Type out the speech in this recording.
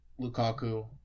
Lukaku